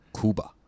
Cuba